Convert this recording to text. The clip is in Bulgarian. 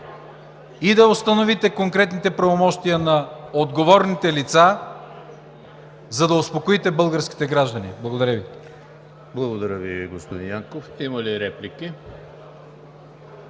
и да установите конкретните правомощия на отговорните лица, за да успокоите българските граждани. Благодаря Ви. ПРЕДСЕДАТЕЛ ЕМИЛ ХРИСТОВ: Благодаря Ви, господин Янков. Има ли реплики?